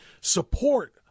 support